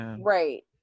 right